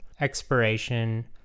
expiration